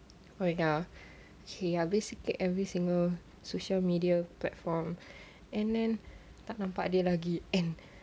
oh dah okay ya basically every single social media platform and then tak nampak dia lagi and